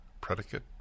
predicate